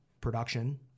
production